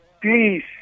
Please